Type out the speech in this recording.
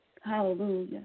hallelujah